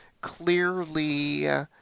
clearly